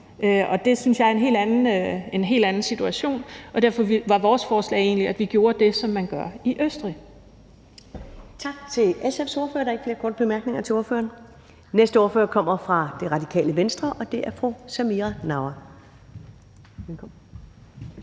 Det synes jeg er en helt anden situation, og derfor var vores forslag egentlig, at man gjorde det, som man gør i Østrig.